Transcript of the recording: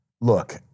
look